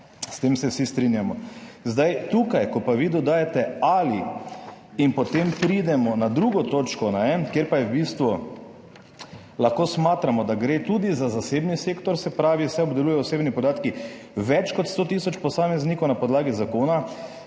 S tem se vsi strinjamo. Zdaj tukaj, ko pa vi dodajate ali, potem pridemo na drugo točko, kjer pa v bistvu lahko smatramo, da gre tudi za zasebni sektor, se pravi, »se obdelujejo osebni podatki več kot 100.000 posameznikov na podlagi zakona,